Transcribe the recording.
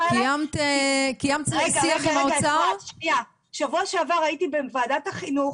בשבוע שעבר הייתי בוועדת החינוך,